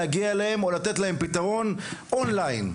מנת להגיע אליהם בעת הצורך ולתת להם פתרוןOnline .